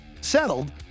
settled